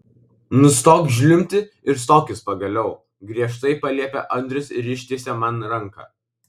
nustok žliumbti ir stokis pagaliau griežtai paliepė andrius ir ištiesė man ranką